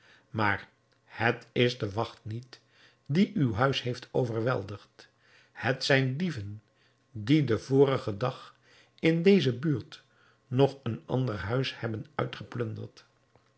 maar het is de wacht niet die uw huis heeft overweldigd het zijn dieven die den vorigen dag in deze buurt nog een ander huis hebben